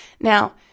Now